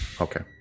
Okay